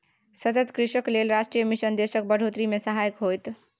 सतत कृषिक लेल राष्ट्रीय मिशन देशक बढ़ोतरी मे सहायक होएत